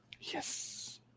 Yes